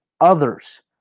others